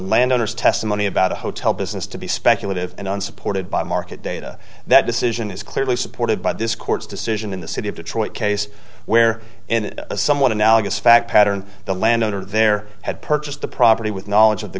landowners testimony about the hotel business to be speculative and unsupported by market data that decision is clearly supported by this court's decision in the city of detroit case where in a somewhat analogous fact pattern the landowner there had purchased the property with knowledge